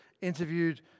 interviewed